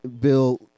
Bill